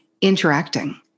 interacting